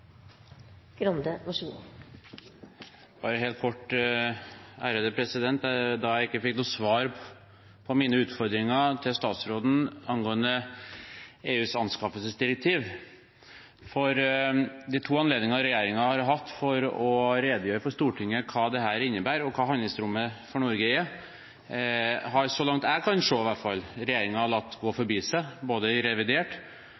Bare helt kort, da jeg ikke fikk noe svar på mine utfordringer til statsråden angående EUs anskaffelsesdirektiv: De to anledningene regjeringen har hatt til å redegjøre for Stortinget om hva dette innebærer, og om hva handlingsrommet for Norge er, har den – så langt jeg kan se, i hvert fall – latt gå forbi seg, både i forbindelse med revidert